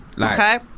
Okay